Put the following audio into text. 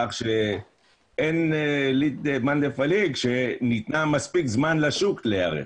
כך שאין ויכוח על זה שניתן לשוק מספיק זמן להיערך.